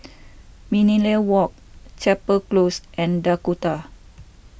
Millenia Walk Chapel Close and Dakota